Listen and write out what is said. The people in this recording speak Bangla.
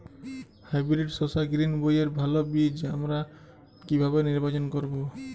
হাইব্রিড শসা গ্রীনবইয়ের ভালো বীজ আমরা কিভাবে নির্বাচন করব?